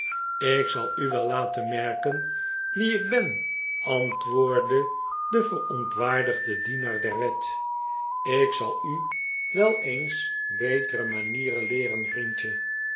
ik zal u wel laten merken wie ik ben antwoordde de verontwaardigde dienaar der wet ik zal u wel eens betere manieren leeren vriendje